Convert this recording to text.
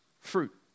fruit